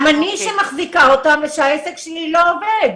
גם אני שמחזיקה אותם כשהעסק שלי לא עובד.